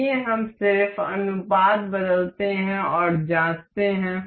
आइए हम सिर्फ अनुपात बदलते हैं और जाँचते हैं